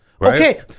Okay